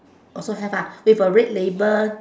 also have ah with a red label